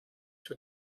für